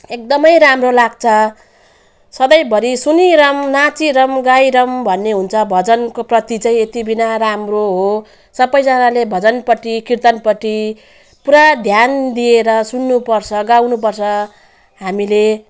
एकदम राम्रो लाग्छ सधैँभरि सुनिरहौँ नाचिरहौँ गाइरहौँ भन्ने हुन्छ भजनको प्रति चाहिँ यति बिना राम्रो हो सबजनाले भजनपट्टि कीर्तनपट्टि पुरा ध्यान दिएर सुन्नु पर्छ गाउनु पर्छ हामीले